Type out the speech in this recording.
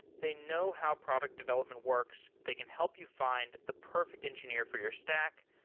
they know how product development works. they can help you find the perfect engineer for your stack,